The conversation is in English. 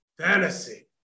fantasy